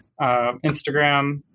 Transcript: Instagram